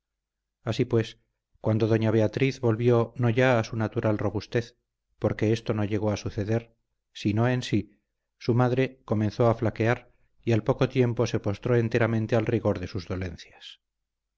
así pues cuando doña beatriz volvió no ya a su natural robustez porque esto no llegó a suceder sino en sí su madre comenzó a flaquear y al poco tiempo se postró enteramente al rigor de sus dolencias